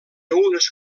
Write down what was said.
unes